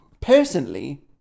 personally